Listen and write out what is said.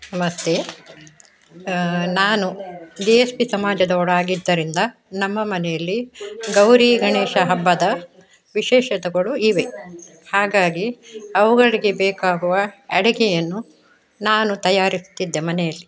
ನಮಸ್ತೆ ನಾನು G S B ಸಮಾಜದವಳಾಗಿದ್ದರಿಂದ ನಮ್ಮ ಮನೆಯಲ್ಲಿ ಗೌರಿ ಗಣೇಶ ಹಬ್ಬದ ವಿಶೇಷತೆಗಳು ಇವೆ ಹಾಗಾಗಿ ಅವುಗಳಿಗೆ ಬೇಕಾಗುವ ಅಡುಗೆಯನ್ನು ನಾನು ತಯಾರಿಸ್ತಿದ್ದೆ ಮನೆಯಲ್ಲಿ